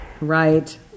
Right